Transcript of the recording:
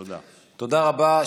תודה רבה.